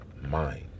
mind